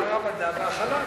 השתדרג, שר המדע והחלל.